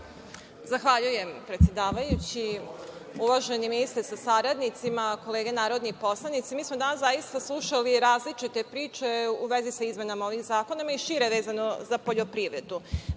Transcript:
Zahvaljujem, predsedavajući. Uvaženi ministre sa saradnicima, kolege narodni poslanici, mi smo danas zaista slušali različite priče u vezi sa izmenama ovih zakona i šire vezano za poljoprivredu.